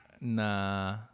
Nah